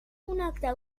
connectar